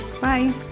Bye